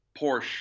Porsche